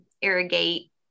irrigate